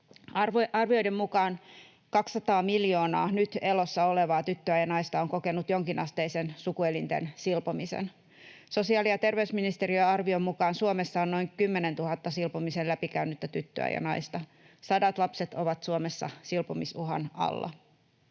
Arvioiden mukaan 200 miljoonaa nyt elossa olevaa tyttöä ja naista on kokenut jonkinasteisen sukuelinten silpomisen. Sosiaali- ja terveysministeriön arvion mukaan Suomessa on noin 10 000 silpomisen läpikäynyttä tyttöä ja naista. Sadat lapset ovat Suomessa silpomisuhan alla.